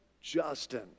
Justin